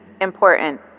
important